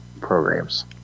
programs